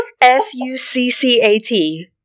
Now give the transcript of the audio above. S-U-C-C-A-T